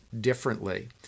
differently